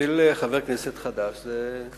לחבר כנסת חדש זו תוצאה יפה מאוד.